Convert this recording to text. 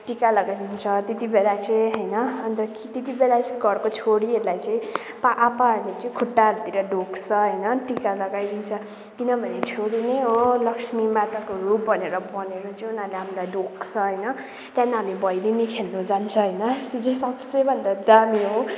टिका लगाइदिन्छ त्यति बेला चाहिँ होइन अन्त त्यति बेला घरको छोरीहरूलाई चाहिँ पा आप्पाहरूले चाहिँ खुट्टाहरूतिर ढोग्छ होइन टिका लगाइदिन्छ किनभने छोरी नै हो लक्ष्मी माताको रूप भनेर भनेर चाहिँ उनीहरूले हामीलाई ढोग्छ होइन त्यहाँदेखि हामी भैलिनी खेल्न जान्छौँ होइन जो सबसे भन्दा दामी हो